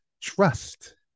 trust